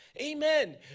Amen